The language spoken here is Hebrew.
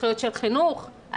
חינוך,